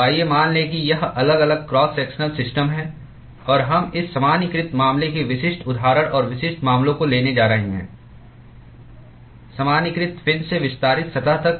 तो आइए मान लें कि यह अलग अलग क्रॉस सेक्शनल सिस्टम है और हम इस सामान्यीकृत मामले के विशिष्ट उदाहरण और विशिष्ट मामलों को लेने जा रहे हैं सामान्यीकृत फिन से विस्तारित सतह तक